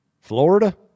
florida